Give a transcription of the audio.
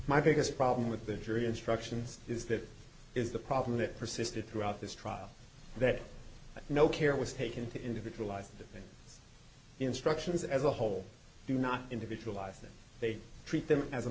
my biggest problem with the jury instructions is that is the problem that persisted throughout this trial that no care was taken to individualize instructions as a whole do not individualize that they treat them as a